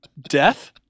Death